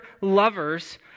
lovers